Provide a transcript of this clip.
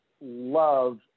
love